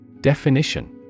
Definition